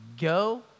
go